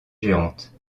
géante